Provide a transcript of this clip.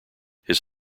his